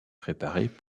préparées